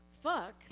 Fuck